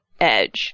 Edge